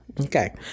okay